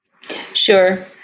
Sure